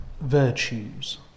virtues